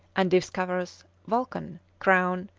and discovers vulcan, crown,